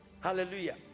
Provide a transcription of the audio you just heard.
hallelujah